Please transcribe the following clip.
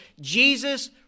Jesus